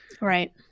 Right